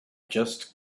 just